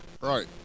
right